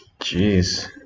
Jeez